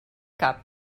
cap